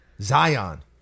Zion